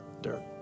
dirt